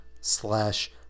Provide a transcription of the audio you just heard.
slash